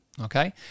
Okay